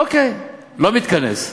אוקיי, לא מתכנס.